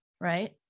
right